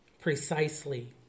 precisely